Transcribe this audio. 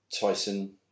Tyson